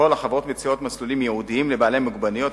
בפועל החברות מציעות מסלולים ייעודיים לבעלי מוגבלויות,